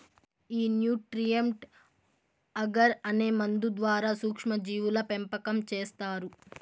ఈ nutrient agar అనే మందు ద్వారా సూక్ష్మ జీవుల పెంపకం చేస్తారు